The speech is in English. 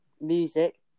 music